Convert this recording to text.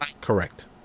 Correct